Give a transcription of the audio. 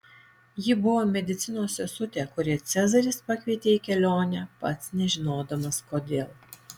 ji buvo medicinos sesutė kurią cezaris pakvietė į kelionę pats nežinodamas kodėl